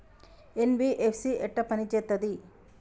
NBFC ఎట్ల పని చేత్తది?